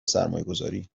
سرمایهگذاری